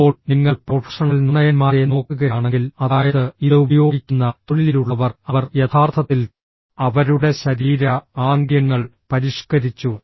ഇപ്പോൾ നിങ്ങൾ പ്രൊഫഷണൽ നുണയന്മാരെ നോക്കുകയാണെങ്കിൽ അതായത് ഇത് ഉപയോഗിക്കുന്ന തൊഴിലിലുള്ളവർ അവർ യഥാർത്ഥത്തിൽ അവരുടെ ശരീര ആംഗ്യങ്ങൾ പരിഷ്കരിച്ചു